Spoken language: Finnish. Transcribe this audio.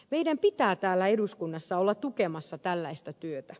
meidän pitää täällä eduskunnassa olla tukemassa tällaista työtä